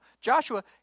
Joshua